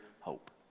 hope